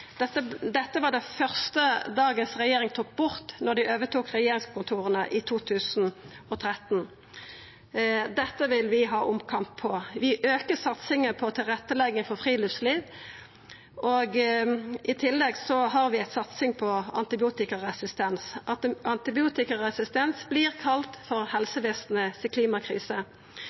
Dette var det første dagens regjering tok bort da dei overtok regjeringskontora i 2013. Dette vil vi ha omkamp om. Vi aukar satsinga på tilrettelegging for friluftsliv. I tillegg har vi ei satsing på antibiotikaresistens. Antibiotikaresistens vert kalla for helsevesenet si klimakrise.